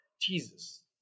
Jesus